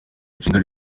nshinga